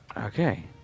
Okay